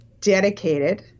dedicated